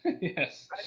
Yes